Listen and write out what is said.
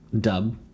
Dub